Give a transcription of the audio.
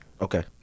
Okay